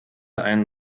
ein